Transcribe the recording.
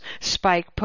spike